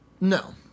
no